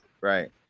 Right